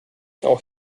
auch